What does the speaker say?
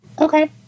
Okay